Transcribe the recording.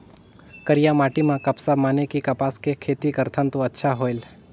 करिया माटी म कपसा माने कि कपास के खेती करथन तो अच्छा होयल?